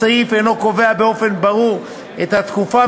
הסעיף אינו קובע באופן ברור את התקופה,